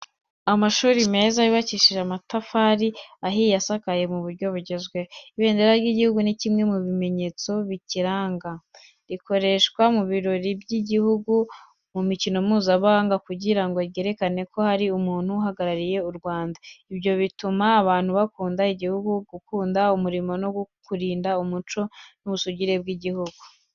Amashuri meza yubakishije amatafari ahiye asakaye mu buryo bugezweho. Ibendera ry'igihugu ni kimwe mu bimenyetso bikiranga. Rikoreshwa mu birori by’igihugu, mu mikino mpuzamahanga kugira ngo ryerekane ko hari umunyu uhagarariye u Rwanda. Ibyo bituma abantu bakunda igihugu, gukunda umurimo no kurinda umuco n’ubusugire bw’igihugu.